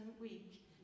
week